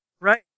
Right